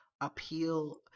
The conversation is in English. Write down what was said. appeal